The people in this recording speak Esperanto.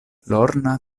lorna